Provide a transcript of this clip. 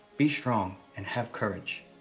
be strong and have courage.